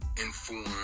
inform